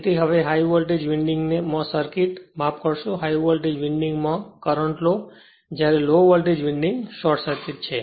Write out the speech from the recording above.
તેથી હવે high voltage winding માં સર્કિટ માફ કરશો હાઇ વોલ્ટેજ વિન્ડિંગ માં કરંટ જ્યારે low voltage winding short circuit છે